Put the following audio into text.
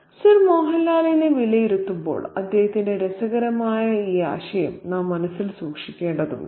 sir മോഹൻലാലിനെ വിലയിരുത്തുമ്പോൾ അദ്ദേഹത്തിന്റെ രസകരമായ ഈ ആശയം നാം മനസ്സിൽ സൂക്ഷിക്കേണ്ടതുണ്ട്